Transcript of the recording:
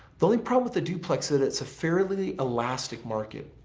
the only problem with the duplexes it's a fairly elastic market.